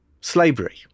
slavery